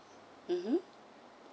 mmhmm